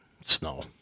snow